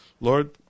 Lord